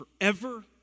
forever